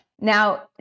Now